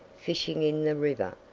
fishing in the river,